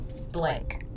Blake